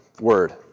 word